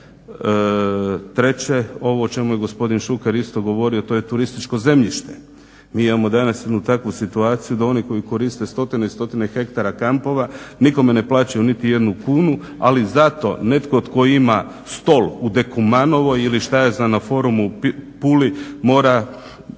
treće ovo o čemu je gospodin Šuker isto govorio to je turističko zemljište. Mi imamo danas jednu takvu situaciju da oni koji koriste stotine i stotine hektara kampova nikome ne plaćaju niti jednu kunu, ali zato netko tko ima stol u Dekumanovoj ili šta ja znam na forumu u Puli mora